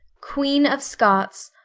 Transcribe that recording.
queen of scots,